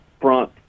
front